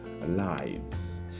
lives